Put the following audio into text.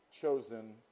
chosen